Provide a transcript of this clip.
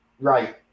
right